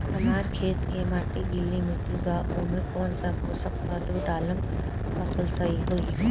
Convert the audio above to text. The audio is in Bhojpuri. हमार खेत के माटी गीली मिट्टी बा ओमे कौन सा पोशक तत्व डालम त फसल सही होई?